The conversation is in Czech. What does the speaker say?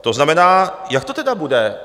To znamená, jak to tedy bude?